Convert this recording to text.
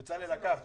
בצלאל לקח זמן.